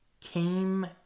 came